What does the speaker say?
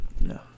No